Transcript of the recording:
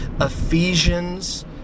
Ephesians